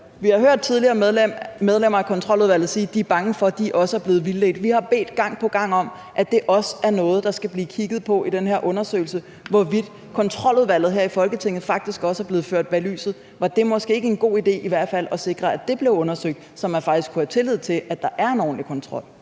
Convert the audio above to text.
Vi har hørt tidligere medlemmer af Kontroludvalget sige, at de er bange for, at de også er blevet vildledt. Vi har gang på gang bedt om, at det også er noget, der skal blive kigget på i den her undersøgelse, altså hvorvidt Kontroludvalget her i Folketinget faktisk også er blevet ført bag lyset. Var det måske ikke en god idé at sikre, at det i hvert fald blev undersøgt, så man faktisk kunne have tillid til, at der er en ordentlig kontrol?